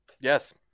Yes